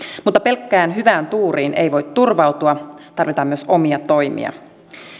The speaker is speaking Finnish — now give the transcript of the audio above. mutta pelkkään hyvään tuuriin ei voi turvautua tarvitaan myös omia toimia